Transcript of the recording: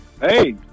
Hey